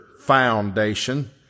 foundation